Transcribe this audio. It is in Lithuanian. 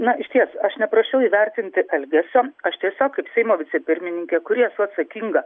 na išties aš neprašiau įvertinti elgesio aš tiesiog kaip seimo vicepirmininkė kuri esu atsakinga